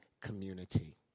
community